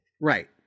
right